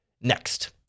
next